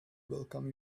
welcome